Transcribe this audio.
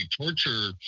torture